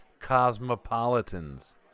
Cosmopolitans